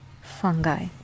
Fungi